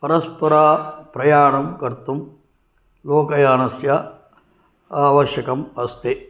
परस्परं प्रयाणं कर्तुं लोकयानस्य आवश्यकम् अस्ति